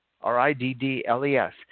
R-I-D-D-L-E-S